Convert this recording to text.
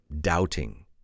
doubting